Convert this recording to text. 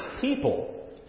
people